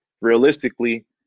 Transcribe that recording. realistically